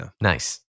nice